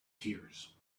tears